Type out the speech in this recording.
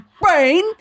brain